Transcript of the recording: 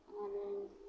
तऽ हम्मे